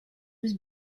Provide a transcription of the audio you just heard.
was